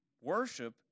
Worship